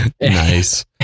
Nice